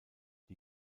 die